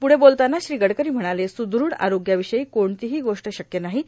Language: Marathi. प्रढे बोलताना श्री गडकरों म्हणाले सुदृढ आरोग्याशवाय कोणतीहां गोष्ट शक्य नाहां